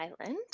Island